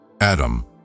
Adam